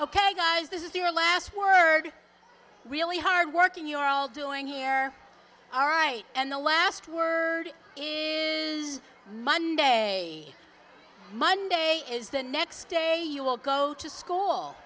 ok guys this is your last word really hardworking you are all doing here all right and the last word is monday monday is the next day you will go to school